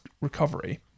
recovery